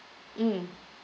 mm